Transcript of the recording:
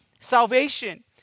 salvation